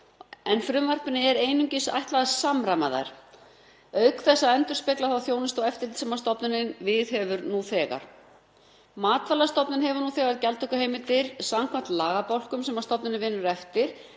er frumvarpinu einungis ætlað að samræma þær, auk þess að endurspegla þá þjónustu og eftirlit sem stofnunin viðhefur nú þegar. Matvælastofnun hefur nú þegar gjaldtökuheimildir samkvæmt þeim lagabálkum sem stofnunin vinnur eftir,